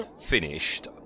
finished